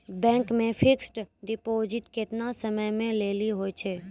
Bank मे fixed deposit केतना समय के लेली होय छै?